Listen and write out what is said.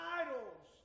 idols